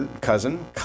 cousin